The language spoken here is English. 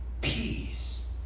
Peace